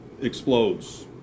explodes